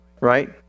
right